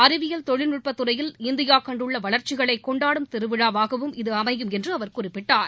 அறிவியல் தொழில்நட்பத் துறையில் இந்தியா கண்டுள்ள வளர்ச்சிகளை கொண்டாடும் திருவிழாவாகவும் இது அமையும் என்று அவர் குறிப்பிட்டார்